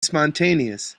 spontaneous